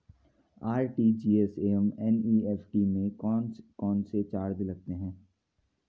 RTGS एवं NEFT में कौन कौनसे चार्ज लगते हैं?